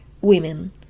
women